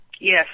Yes